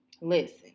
Listen